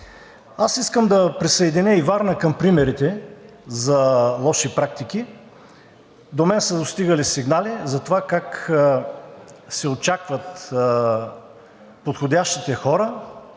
Искам да присъединя и Варна към примерите за лоши практики. До мен са достигали сигнали за това как се очакват подходящите хора,